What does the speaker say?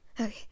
okay